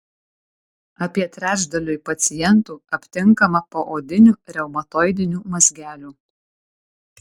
apie trečdaliui pacientų aptinkama poodinių reumatoidinių mazgelių